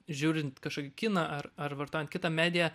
žiūrint kažkokį kiną ar ar vartojant kitą mediją